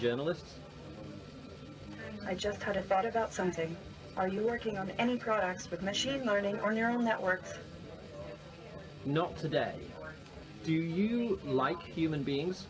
journalists i just had a thought about something are you working on any products with machine learning or neural networks not today do you like human beings